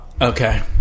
Okay